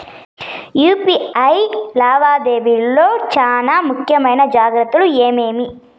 UPI లావాదేవీల లో చానా ముఖ్యమైన జాగ్రత్తలు ఏమేమి?